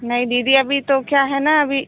नहीं दीदी अभी तो क्या है ना अभी